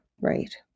Right